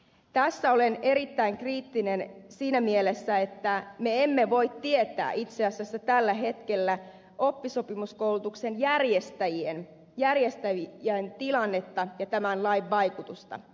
tässä olen erittäin kriittinen siinä mielessä että me emme voi tietää itse asiassa tällä hetkellä oppisopimuskoulutuksen järjestäjien tilannetta ja tämän lain vaikutusta